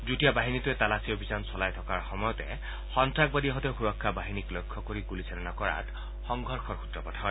যুটীয়া বাহিনীটোৱে তালাচী অভিযান চলাই থকাৰ সময়তে সন্তাসবাদীহতে সুৰক্ষা বাহিনীক লক্ষ্য কৰি গুলীচালনা কৰাত সংঘৰ্ষৰ সূত্ৰপাত হয়